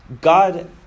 God